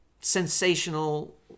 sensational